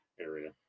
area